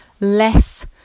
less